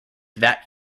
that